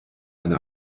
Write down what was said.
eine